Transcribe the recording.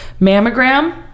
mammogram